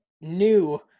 new